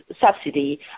subsidy